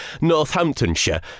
Northamptonshire